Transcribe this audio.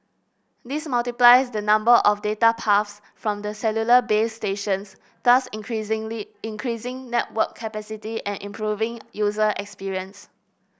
this multiplies the number of data paths from the cellular base stations thus increasingly increasing network capacity and improving user experience